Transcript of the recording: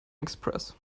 express